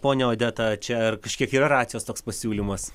ponia odeta čia ar kažkiek yra racijos toks pasiūlymas